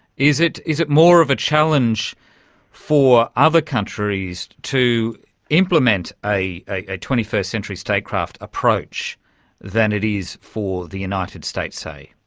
is it is it more of a challenge for other countries to implement a a twenty first century statecraft approach than it is for the united states, say?